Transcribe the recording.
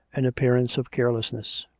an appearance of careless ness.